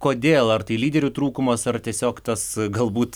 kodėl ar tai lyderių trūkumas ar tiesiog tas galbūt